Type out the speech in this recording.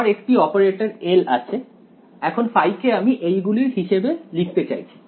আমার একটি operator L আছে এখন ফাই কে আমি এইগুলির হিসেবে লিখতে চাইছি